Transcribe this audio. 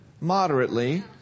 moderately